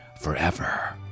forever